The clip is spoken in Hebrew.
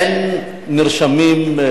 אין נרשמים.